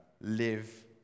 live